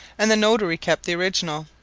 and the notary kept the original.